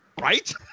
Right